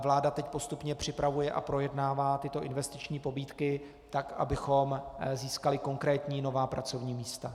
Vláda teď postupně připravuje a projednává tyto investiční pobídky tak, abychom získali konkrétní nová pracovní místa.